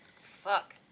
Fuck